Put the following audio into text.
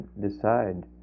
decide